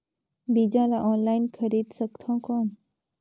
बीजा ला ऑनलाइन खरीदे सकथव कौन?